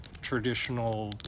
traditional